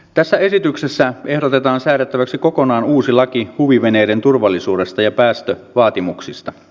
tässä esityksessä ehdotetaan säädettäväksi kokonaan uusi laki huviveneiden turvallisuudesta ja päästövaatimuksista